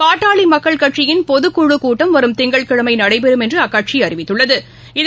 பாட்டாளி மக்கள் கட்சியிள் பொதுக்குழுக் கூட்டம்வரும் திங்கட்கிழமை நடைபெறம் என்று அக்கட்சி அறிவித்துள்ளது